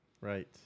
Right